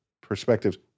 Perspectives